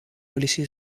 politie